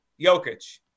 Jokic